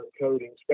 coding